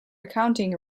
accounting